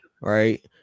right